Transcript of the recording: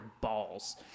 balls